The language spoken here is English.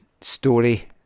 story